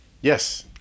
Yes